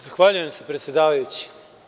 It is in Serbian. Zahvaljujem se, predsedavajući.